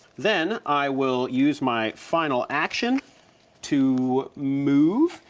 then i will use my final action to move.